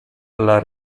alla